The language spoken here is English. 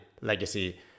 legacy